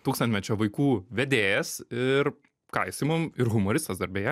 tūkstantmečio vaikų vedėjas ir ką jisai mum ir humoristas dar beje